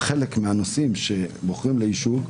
חלק מהנושאים שבוחרים ליישוב,